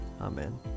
Amen